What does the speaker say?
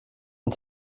und